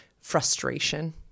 frustration